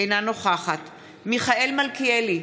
אינה נוכחת מיכאל מלכיאלי,